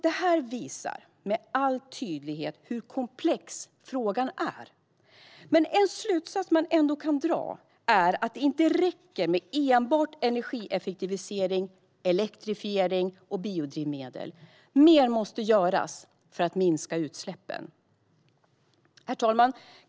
Detta visar med all tydlighet hur komplex frågan är. Men en slutsats man ändå kan dra är att det inte räcker med enbart energieffektivisering, elektrifiering och biodrivmedel. Mer måste göras för att minska utsläppen.